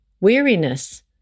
weariness